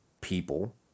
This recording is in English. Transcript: people